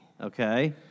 Okay